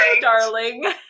darling